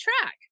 track